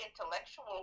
intellectual